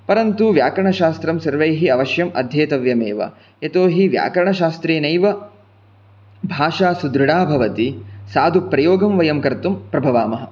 परन्तु व्याकरणशास्त्रं सर्वैः अवश्यम् अध्येतव्यम् एव यतोहि व्याकरणशास्त्रेणैव भाषा सुदृढा भवति साधुप्रयोगं वयं कर्तुं प्रभवामः